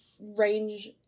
range